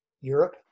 Europe